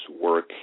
work